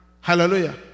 Hallelujah